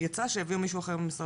בהם למקור